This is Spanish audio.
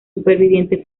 supervivientes